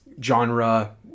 Genre